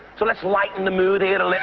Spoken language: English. so let's lighten the mood and